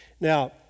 Now